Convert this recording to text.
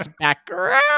background